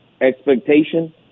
expectation